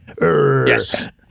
Yes